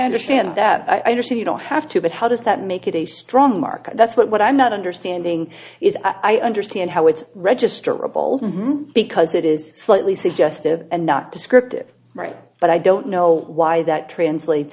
understand that i understood you don't have to but how does that make it a strong market that's what i'm not understanding is i understand how it's registerable because it is slightly suggestive and not descriptive right but i don't know why that translates